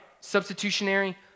Substitutionary